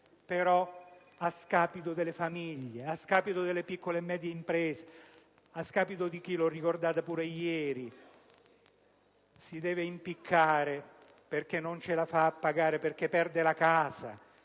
lo è a scapito delle famiglie, delle piccole e medie imprese, di chi - l'ho già ricordato ieri - si deve impiccare perché non ce la fa a pagare, perché perde la casa,